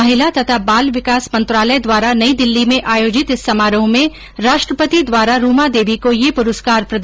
महिला तथा बाल विकास मंत्रालय द्वारा नई दिल्ली में आयोजित इस समारोह में राष्ट्रपति द्वारा रूमा देवी को ये पुरस्कार प्रदान किया जायेगा